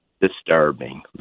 disturbing